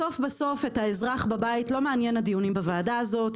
בסוף בסוף את האזרח בבית לא מעניין הדיונים בוועדה הזאת,